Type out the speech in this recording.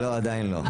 לא, עדיין לא.